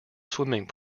swimming